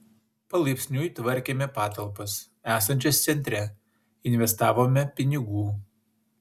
palaipsniui tvarkėme patalpas esančias centre investavome pinigų